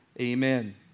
amen